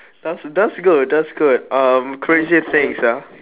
that's that's good that's good um crazy things ah